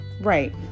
Right